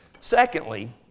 Secondly